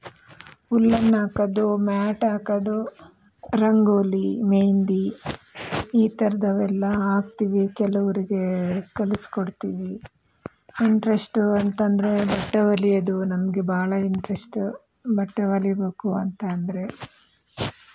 ಉಲ್ಲನ್ನ್ ಹಾಕೋದು ಮ್ಯಾಟ್ ಹಾಕೋದು ರಂಗೋಲಿ ಮೆಹಂದಿ ಈ ಥರದವೆಲ್ಲ ಹಾಕ್ತೀವಿ ಕೆಲವರಿಗೆ ಕಲಿಸಿಕೊಡ್ತೀವಿ ಇಂಟ್ರೆಸ್ಟ್ ಅಂತಂದರೆ ಬಟ್ಟೆ ಹೊಲಿಯೋದು ನನಗೆ ಭಾಳ ಇಂಟ್ರೆಸ್ಟ್ ಬಟ್ಟೆ ಹೊಲಿಯಬೇಕು ಅಂತ ಅಂದರೆ